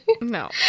no